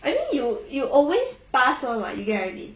I think you you always pass one what you get what I mean